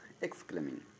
exclaiming